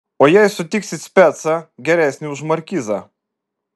o jei sutiksi specą geresnį už markizą